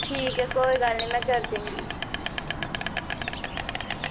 ठीक ऐ कोई गल्ल निं में करी देगी